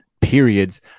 periods